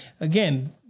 again